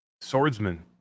Swordsman